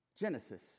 Genesis